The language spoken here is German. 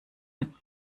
mit